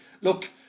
Look